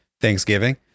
Thanksgiving